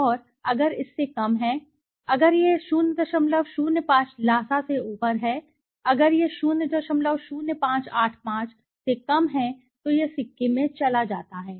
और अगर इससे कम है अगर यह 005 ल्हासा से ऊपर है अगर यह 00585 से कम है तो यह सिक्किम में चला जाता है